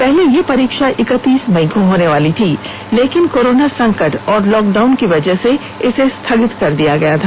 पहले यह परीक्षा इकतीस मई को होनेवाली थी लेकिन कोरोना संकट और लॉकडाउन की वजह से इसे स्थगित कर दिया गया था